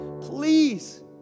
please